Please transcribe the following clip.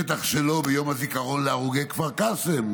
בטח שלא יום הזיכרון להרוגי כפר קאסם,